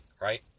right